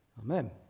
Amen